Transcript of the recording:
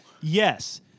Yes